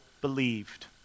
believed